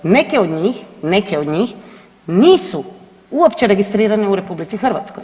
Neke od njih, neke od njih nisu uopće registrirane u RH.